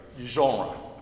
genre